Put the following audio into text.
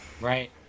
Right